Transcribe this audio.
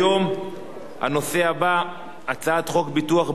הנושא הבא: הצעת חוק ביטוח בריאות ממלכתי (תיקון,